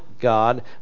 God